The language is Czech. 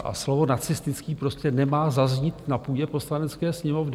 A slovo nacistický prostě nemá zaznít na půdě Poslanecké sněmovny.